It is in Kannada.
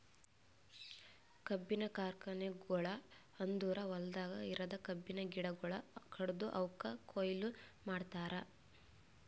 ಕಬ್ಬಿನ ಕಾರ್ಖಾನೆಗೊಳ್ ಅಂದುರ್ ಹೊಲ್ದಾಗ್ ಇರದ್ ಕಬ್ಬಿನ ಗಿಡಗೊಳ್ ಕಡ್ದು ಅವುಕ್ ಕೊಯ್ಲಿ ಮಾಡ್ತಾರ್